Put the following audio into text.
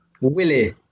Willie